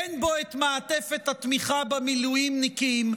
אין בו מעטפת התמיכה במילואימניקים,